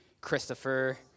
Christopher –